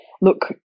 Look